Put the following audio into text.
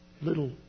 little